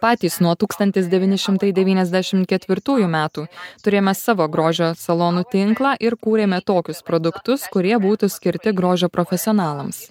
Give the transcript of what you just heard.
patys nuo tūkstantis devyni šimtai devyniasdešim ketvirtųjų metų turėjome savo grožio salonų tinklą ir kūrėme tokius produktus kurie būtų skirti grožio profesionalams